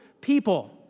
people